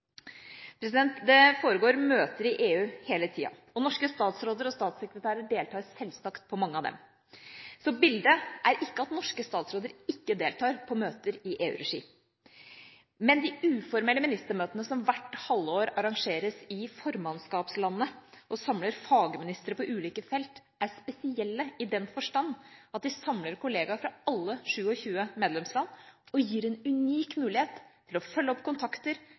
Det foregår møter i EU hele tida, og norske statsråder og statssekretærer deltar selvsagt på mange av dem. Bildet er ikke at norske statsråder ikke deltar på møter i EU-regi, men de uformelle ministermøtene som hvert halvår arrangeres i formannskapslandet og samler fagministre på ulike felt, er spesielle i den forstand at de samler kollegaer fra alle 27 medlemsland og gir en unik mulighet til å følge opp kontakter,